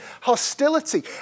hostility